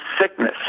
sickness